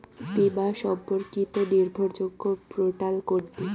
বীমা সম্পর্কিত নির্ভরযোগ্য পোর্টাল কোনটি?